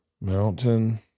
mountain